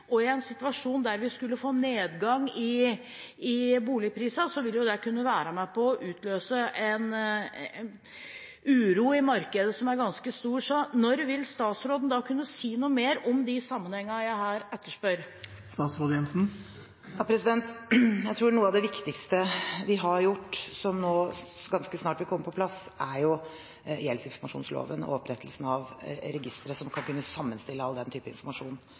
I en situasjon der vi skulle få en nedgang i boligprisene, ville det kunne være med på å utløse en uro i markedet som er ganske stor. Når vil statsråden kunne si noe mer om de sammenhengene jeg her etterspør? Jeg tror noe av det viktigste vi har gjort, som nå ganske snart vil komme på plass, er gjeldsinformasjonsloven og opprettelsen av registeret som skal kunne sammenstille all den typen informasjon.